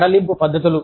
సడలింపు పద్ధతులు